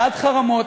בעד חרמות,